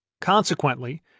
Consequently